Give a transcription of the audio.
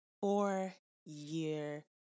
four-year